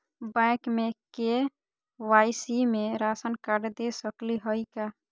Bank में KYC में ration card दे सकली हई का?